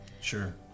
Sure